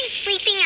Sleeping